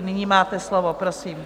Nyní máte slovo, prosím.